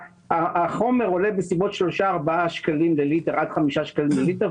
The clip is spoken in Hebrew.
החומר עולה בסביבות 3 - 4 לליטר עד 5 שקלים לליטר,